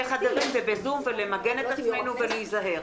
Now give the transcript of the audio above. חדרים ובזום ולמגן את עצמנו ולהיזהר.